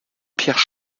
pierre